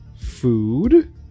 food